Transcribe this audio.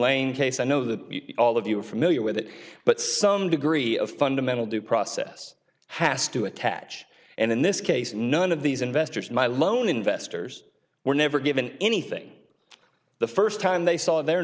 lane case i know that all of you are familiar with it but some degree of fundamental due process has to attach and in this case none of these investors my loan investors were never given anything the first time they saw their